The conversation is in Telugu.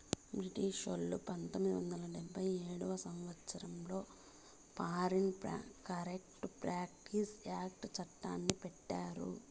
బ్రిటిషోల్లు పంతొమ్మిది వందల డెబ్భై ఏడవ సంవచ్చరంలో ఫారిన్ కరేప్ట్ ప్రాక్టీస్ యాక్ట్ చట్టాన్ని పెట్టారు